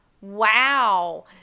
Wow